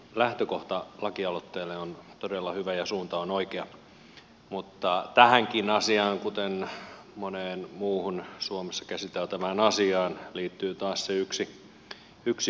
lähtökohta lakialoitteelle on todella hyvä ja suunta on oikea mutta tähänkin asiaan kuten moneen muuhun suomessa käsiteltävään asiaan liittyy taas se yksi ongelmakohta